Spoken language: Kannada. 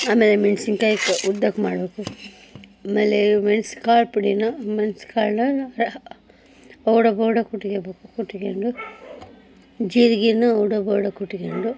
ಆಮೇಲೆ ಮೆಣಸಿನ್ಕಾಯಿ ಉದ್ದಕ್ಕೆ ಮಾಡಬೇಕು ಆಮೇಲೆ ಮೆಣ್ಸು ಕಾಳು ಪುಡಿನ ಮೆಣ್ಸು ಕಾಳನ್ನ ಹ್ ಊಡ ಬೋಡ ಕುಟ್ಕೊಳ್ಬೇಕು ಕುಟ್ಕೊಂಡು ಜೀರ್ಗೆನ ಊಡ ಬೋಡ ಕುಟ್ಕೊಂಡು